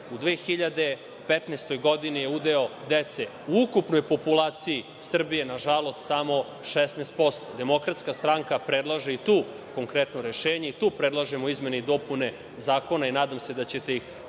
2015. godini je udeo dece u ukupnoj populaciji Srbije, je nažalost, samo 16%. Demokratska stranka predlaže i tu konkretno rešenje i tu predlažemo izmene i dopune Zakona i nadam se da ćete ih prihvatiti,